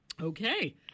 okay